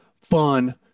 fun